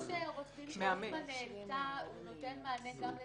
מה שעו"ד --- העלתה נותן מענה גם לזה,